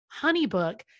HoneyBook